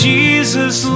Jesus